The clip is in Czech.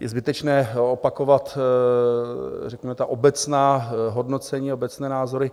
Je zbytečné opakovat, řekněme, ta obecná hodnocení, obecné názory,